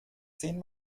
zehn